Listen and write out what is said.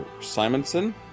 Simonson